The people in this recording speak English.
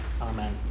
Amen